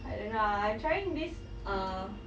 I don't ah I'm trying this err